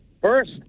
First